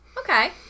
Okay